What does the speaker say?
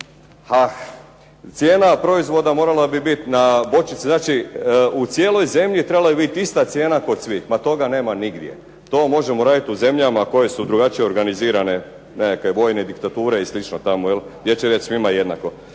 Cijena proizvoda bi morala biti na bočici. Znači, u cijeloj zemlji trebala bi biti ista cijena kod svih. Ma toga nema nigdje. To možemo raditi u zemljama koje su drugačije organizirane, nekakve vojne diktature i slično tamo jel' gdje će reć svima jednako.